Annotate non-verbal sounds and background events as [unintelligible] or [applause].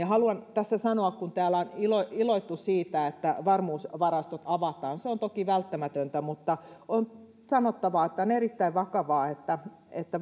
haluan tässä sanoa kun täällä on iloittu iloittu siitä että varmuusvarastot avataan se on toki välttämätöntä mutta on sanottava että on erittäin vakavaa että että [unintelligible]